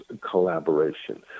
collaboration